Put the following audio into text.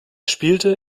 spielte